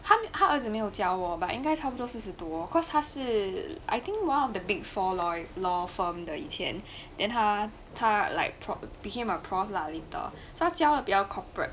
他他儿子没有教我 but 应该差不多四十多 cause 他是 I think one of the big four law law firm 的以前 then 他他 like prof became a prof lah later so 他教的比较 corporate